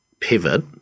pivot